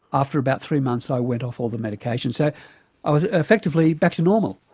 after about three months i went off all the medication. so i was effectively back to normal.